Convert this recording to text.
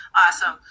Awesome